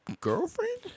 girlfriend